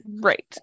right